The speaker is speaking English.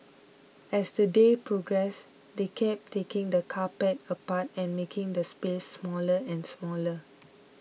as the day progressed they kept taking the carpet apart and making the space smaller and smaller